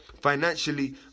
financially